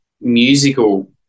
musical